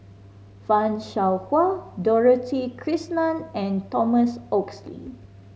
Fan Shao Hua Dorothy Krishnan and Thomas Oxley